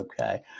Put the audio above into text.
okay